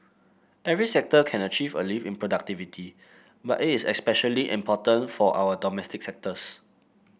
every sector can achieve a lift in productivity but it is especially important for our domestic sectors